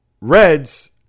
Reds